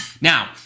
Now